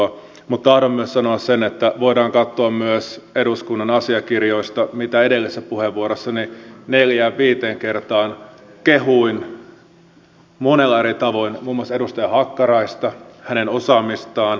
tahdon myös sanoa sen että voidaan katsoa myös eduskunnan asiakirjoista miten edellisessä puheenvuorossani neljään viiteen kertaan kehuin monella eri tavoin muun muassa edustaja hakkaraista hänen osaamistaan